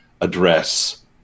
address